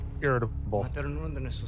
irritable